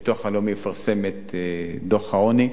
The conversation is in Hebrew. הביטוח הלאומי יפרסם את דוח העוני.